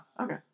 okay